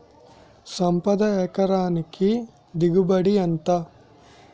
సంపద ఎకరానికి దిగుబడి ఎంత?